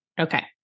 Okay